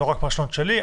זה רק הפרשנות שלי.